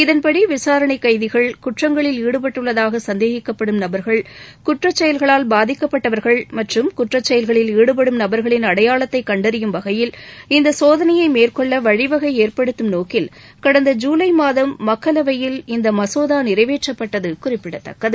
இதன்படி விசாரணைக் கைதிகள் குற்றங்களில் ஈடுபட்டுள்ளதாக சந்தேகிக்கப்படும் நபர்கள் குற்றச் செயல்களால் பாதிக்கப்பட்டவர்கள் மற்றும் குற்றச் செயல்களில் ஈடுபடும் நபர்களின் அடையாளத்தை கண்டறியும் வகையில் இந்த சோதனையை மேற்கொள்ள வழி வகை ஏற்படுத்தும் நோக்கில் கடந்த ஜூலை மாதம் மக்களவையில் இந்த மசோதா நிறைவேற்றப்பட்டது குறிப்பிடத்தக்கது